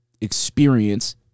experience